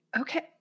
Okay